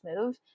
move